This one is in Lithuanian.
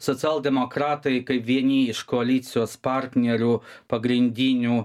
socialdemokratai kaip vieni iš koalicijos partnerių pagrindinių